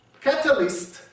catalyst